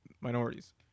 minorities